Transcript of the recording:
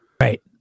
Right